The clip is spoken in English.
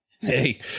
Hey